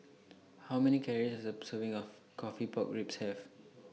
How Many Calories Does A Serving of Coffee Pork Ribs Have